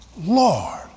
Lord